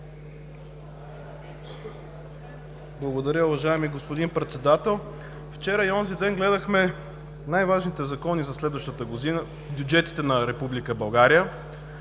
Благодаря, уважаеми господин Председател. Вчера и онзи ден гледахме най-важните закони за следващата година – бюджетите на Република